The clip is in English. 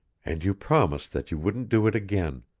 and you promised that you wouldn't do it again.